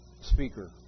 speaker